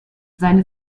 seine